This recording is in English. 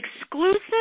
exclusive